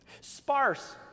sparse